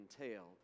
entailed